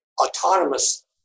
autonomous